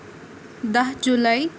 دَہ جُلاے